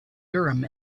urim